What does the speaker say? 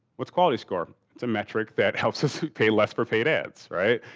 what's quality score? it's a metric that helps us pay less for paid ads, right?